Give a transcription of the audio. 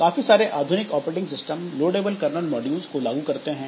काफी सारे आधुनिक operating system loadable kernel modules को लागू करते हैं